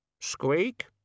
Squeak